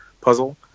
puzzle